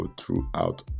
throughout